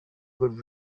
good